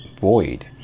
void